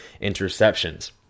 interceptions